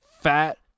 fat